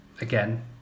Again